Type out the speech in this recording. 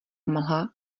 mlha